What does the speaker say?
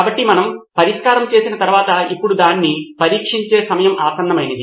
కాబట్టి మనము పరిష్కారం చేసిన తర్వాత ఇప్పుడు దాన్ని పరీక్షించే సమయం ఆసన్నమైంది